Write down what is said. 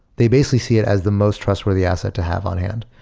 they basically see it as the most trustworthy asset to have on-hand.